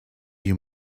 you